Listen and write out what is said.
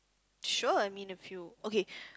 sure I mean if you okay